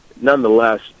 Nonetheless